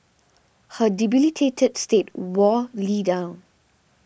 her debilitated state wore Lee down